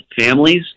families